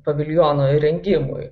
paviljono įrengimui